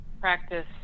practice